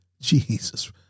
Jesus